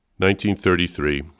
1933